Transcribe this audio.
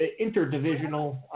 interdivisional